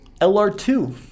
LR2